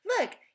Look